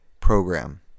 Program